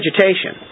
vegetation